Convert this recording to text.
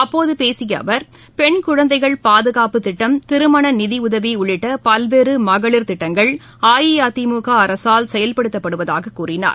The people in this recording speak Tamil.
அப்போது பேசிய அவர் பென் குழந்தைகள் பாதுகாப்புத் திட்டம் திருமண நிதியுதவி உள்ளிட்ட பல்வேறு மகளிர் திட்டங்கள் அஇஅதிமுக அரசால் செயல்படுத்தப்படுவதாக கூறினார்